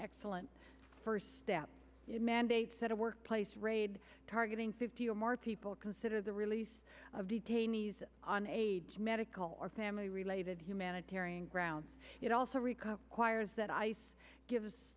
excellent first step it mandates that a workplace raid targeting fifty or more people consider the release of detainees on age medical or family related humanitarian grounds it also requires that i give